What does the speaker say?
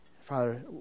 Father